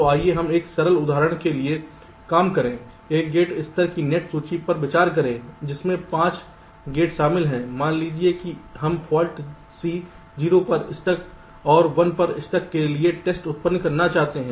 तो आइए हम एक सरल उदाहरण के लिए काम करें एक गेट स्तर की नेट सूची पर विचार करें जिसमें 5 गेट शामिल हैं मान लीजिए कि हम फाल्ट C 0 पर स्टक और 1 पर स्टक के लिए टेस्ट उत्पन्न करना चाहते हैं